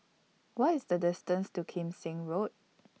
What IS The distance to Kim Seng Road